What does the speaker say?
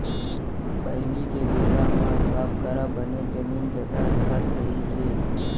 पहिली के बेरा म सब करा बने जमीन जघा रहत रहिस हे